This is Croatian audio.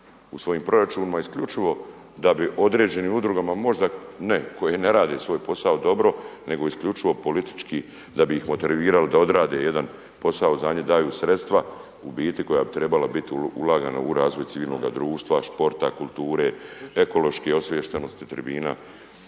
u svojim proračunima isključivo da bi određenim udrugama možda ne koje ne rade svoj posao dobro nego isključivo politički da bi ih motivirali da odrade jedan posao, za nju daju sredstva u biti koja bi trebala biti ulagana u razvoj civilnoga društva, sporta, kulture, ekološke osviještenosti, tribina